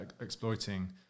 exploiting